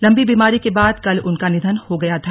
लम्बी बीमारी के बाद कल उनका निधन हो गया था